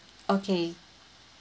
okay